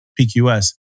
PQS